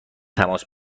تماس